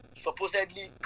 supposedly